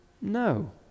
No